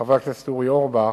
חבר הכנסת אורי אורבך,